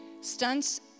stunts